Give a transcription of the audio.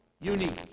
unique